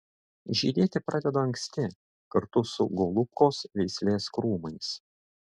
žydėti pradeda anksti kartu su golubkos veislės krūmais